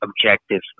objective